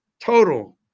total